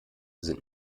sind